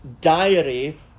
diary